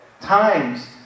times